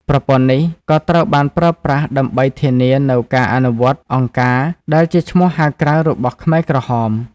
ប្រព័ន្ធនេះក៏ត្រូវបានប្រើប្រាស់ដើម្បីធានានូវការអនុវត្ត "អង្គការ" ដែលជាឈ្មោះហៅក្រៅរបស់ខ្មែរក្រហម។